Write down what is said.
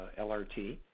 LRT